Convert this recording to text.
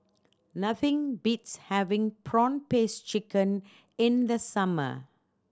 nothing beats having prawn paste chicken in the summer